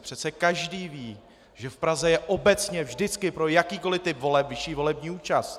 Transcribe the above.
Přece každý ví, že v Praze je obecně vždycky pro jakýkoli typ voleb vyšší volební účast.